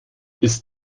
ist